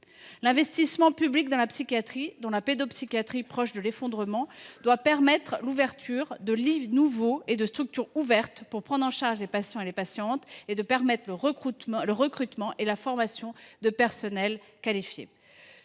L’investissement public dans la psychiatrie, alors que la pédopsychiatrie est proche de l’effondrement, doit permettre l’ouverture de lits nouveaux et de structures ouvertes pour prendre en charge les patients et assurer le recrutement et la formation de personnels qualifiés.